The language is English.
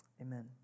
Amen